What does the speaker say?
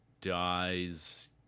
dies